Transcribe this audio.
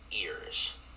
ears